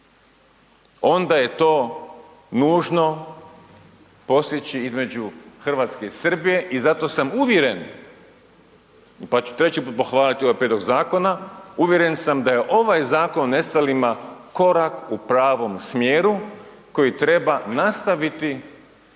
onda je to nužno postići između RH i Srbije i zato sam uvjeren, pa ću treći put pohvaliti ovaj prijedlog zakona, uvjeren sam da je ovaj Zakon o nestalima korak u pravom smjeru koji treba nastaviti